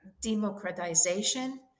democratization